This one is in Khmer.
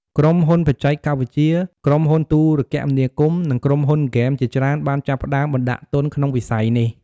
ក្រុមហ៊ុនបច្ចេកវិទ្យា ក្រុមហ៊ុនទូរគមនាគមន៍ និងក្រុមហ៊ុនហ្គេមជាច្រើនបានចាប់ផ្ដើមបណ្ដាក់ទុនក្នុងវិស័យនេះ។